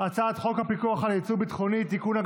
הצעת חוק ההוצאה לפועל (תיקון,